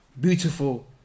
beautiful